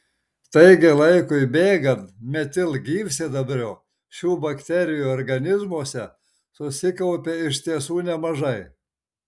taigi laikui bėgant metilgyvsidabrio šių bakterijų organizmuose susikaupia iš tiesų nemažai